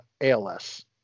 ALS